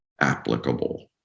applicable